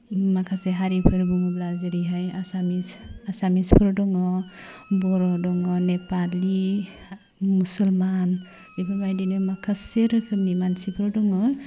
माखासे हारिफोर बुङोब्ला जेरैहाय आसामिस आसामिसफोर दङ बर' दङ नेपालि मुसलमान बेफोर बायदिनो माखासे रोखोमनि मानसिफोर दङ